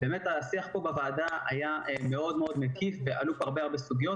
באמת השיח פה בוועדה היה מאוד מאוד מקיף ועלו פה הרבה הרבה סוגיות.